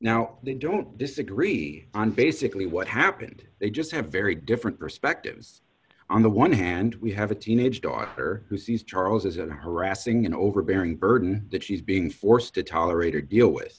now they don't disagree on basically what happened they just have a very different perspective on the one hand we have a teenage daughter who sees charles as a harassing an overbearing burden that she's being forced to tolerate or deal with